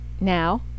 now